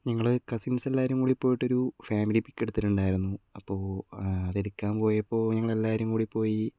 ഞങ്ങള് കസിൻസ് എല്ലാവരും കൂടി പോയിട്ടൊരു ഫാമിലി പിക്ക് എടുത്തിട്ടുണ്ടായിരുന്നു അപ്പോൾ അത് എടുക്കാൻ പോയപ്പോൽ ഞങ്ങൾ എല്ലാരും കൂടിപ്പോയി